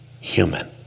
human